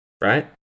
right